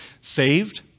saved